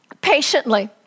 patiently